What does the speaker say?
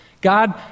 God